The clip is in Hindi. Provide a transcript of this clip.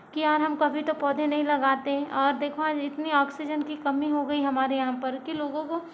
की यार हम कभी तो पौधे नहीं लगाते और देखो आज इतनी आक्सीजन की कमी हो गयी हमारे यहाँ पर कि लोगों को